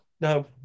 No